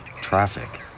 traffic